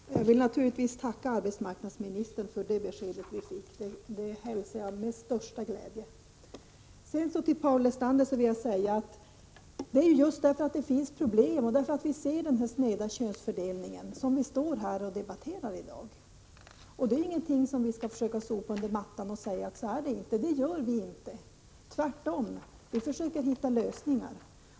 Herr talman! Jag vill naturligtvis tacka arbetsmarknadsministern för det besked vi fick. Det hälsar jag med största glädje. Till Paul Lestander vill jag säga att det just är för att det finns problem och för att vi ser den sneda könsfördelningen som vi står här och debatterar i dag. Det är ingenting som vi skall försöka sopa under mattan och säga att så är det inte. Det gör vi inte. Tvärtom, vi försöker hitta lösningar.